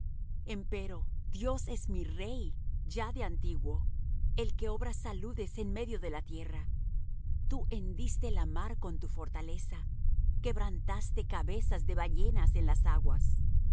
seno empero dios es mi rey ya de antiguo el que obra saludes en medio de la tierra tú hendiste la mar con tu fortaleza quebrantaste